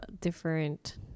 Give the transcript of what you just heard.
different